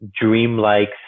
dreamlike